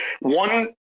one